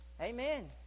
Amen